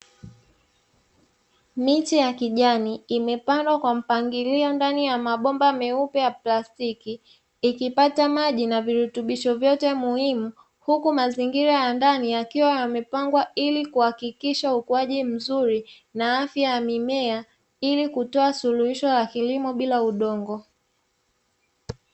Miche ya kijani imepangwa kwa mpangilio ndani ya mabomba meupe ya plastiki, ikipata maji na virutubisho vyote muhimu huku mazingira ya ndani yakiwa yamepangwa ili kuhakikisha ukuaji mzuri na afya ya mimea, ili kutoa suluhisho la kilimo bila udongo.